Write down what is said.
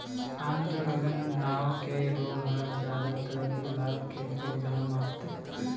आद्र गलन नांव के रोग ह जादातर गुलाब के पउधा म होथे